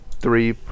three